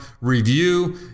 review